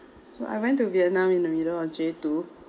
so I went to vietnam in the middle of J two